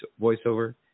voiceover